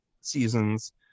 seasons